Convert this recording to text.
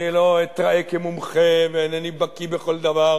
אני לא אתראה כמומחה ואינני בקי בכל דבר,